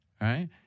right